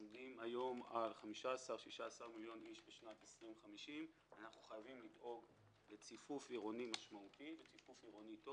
עומדים היום על 15-16 מיליון איש בשנת 2050. אנחנו חייבים לדאוג לציפוף עירוני משמעותי וטוב.